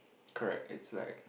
correct it's like